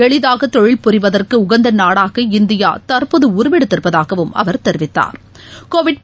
எளிதாகதொழில் புரிவதற்குஉகந்தநாடாக இந்தியாதற்போதுஉருவெடுத்திருப்பதாகவும் அவர் தெரிவித்தாா்